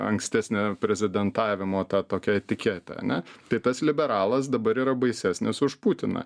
ankstesnę prezidentavimo tą tokią etiketę ane tai tas liberalas dabar yra baisesnis už putiną